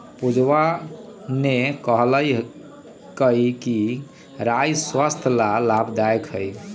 पूजवा ने कहल कई कि राई स्वस्थ्य ला लाभदायक हई